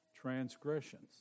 transgressions